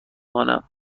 مانم